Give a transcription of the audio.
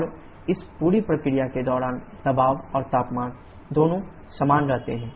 और इस पूरी प्रक्रिया के दौरान दबाव और तापमान दोनों समान रहते हैं